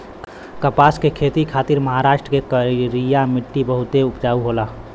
कपास के खेती खातिर महाराष्ट्र के करिया मट्टी बहुते उपजाऊ होला